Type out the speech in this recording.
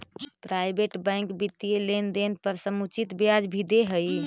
private bank वित्तीय लेनदेन पर समुचित ब्याज भी दे हइ